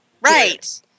Right